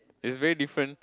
it's very different